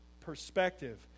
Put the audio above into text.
perspective